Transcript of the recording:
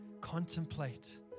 contemplate